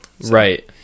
Right